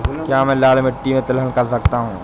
क्या मैं लाल मिट्टी में तिलहन कर सकता हूँ?